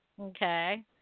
okay